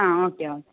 ആ okay okay